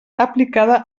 aplicada